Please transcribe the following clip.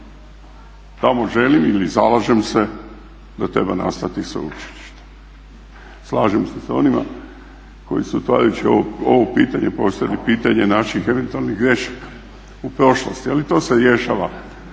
tamo želim ili zalažem se da treba nastati sveučilište. Slažem se sa onima koji su otvarajući ove pitanje postavili pitanje naših eventualnih grešaka u prošlosti ali to se rješava